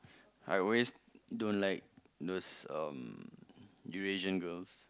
I always don't like those um Eurasian girls